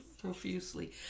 profusely